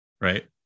right